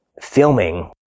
filming